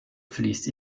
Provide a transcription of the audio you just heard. fließt